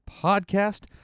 Podcast